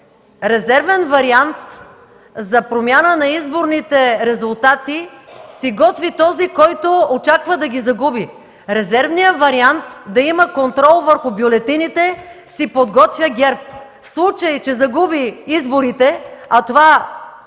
резервен вариант за промяна на изборните резултати си готви този, който очаква да ги загуби. Резервния вариант – да има контрол върху бюлетините, си подготвя ГЕРБ, в случай че загуби изборите, а това